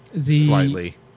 slightly